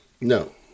No